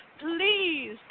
please